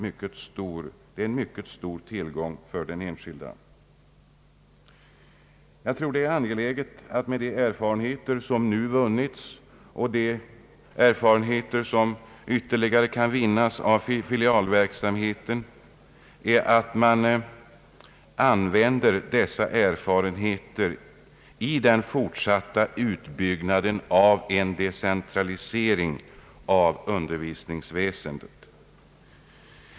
Jag anser att det är angeläget att de erfarenheter som nu vunnits och som kan vinnas av filialverksamheten användes vid den fortsatta decentraliseringen av undervisningsväsendet.